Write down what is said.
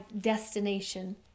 destination